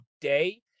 day